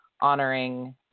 honoring